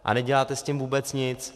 A neděláte s tím vůbec nic.